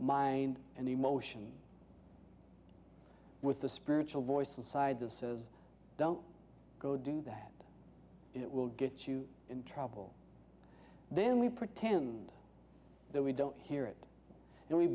mind and emotion with the spiritual voice inside that says don't go do that it will get you in trouble then we pretend that we don't hear it and we